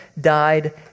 died